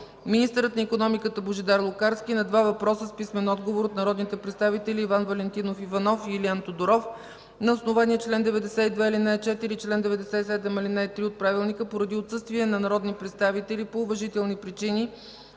министърът на икономиката Божидар Лукарски – на два въпроса с писмен отговор от народните представители Иван Валентинов Иванов, и Илиан Тодоров. На основание чл. 92, ал. 4 и чл. 97, ал. 3 от Правилника, поради отсъствие на народни представители по уважителни причини